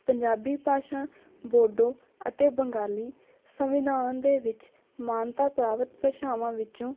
ਪੰਜਾਬੀ ਭਾਸ਼ਾ ਬੋਡੋ ਅਤੇ ਬੰਗਾਲੀ ਸੰਵਿਧਾਨ ਦੇ ਵਿੱਚ ਮਾਨਤਾ ਪ੍ਰਾਪਤ ਭਾਸ਼ਾਵਾਂ ਵਿੱਚੋਂ